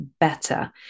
better